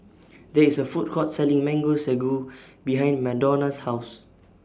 There IS A Food Court Selling Mango Sago behind Madonna's House